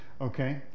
Okay